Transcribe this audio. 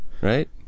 right